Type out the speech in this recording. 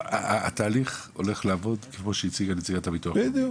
התהליך הולך לעבוד כמו שהציגה נציגת הביטוח הלאומי.